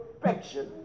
perfection